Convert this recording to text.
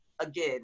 again